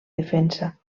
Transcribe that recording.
defensa